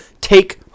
take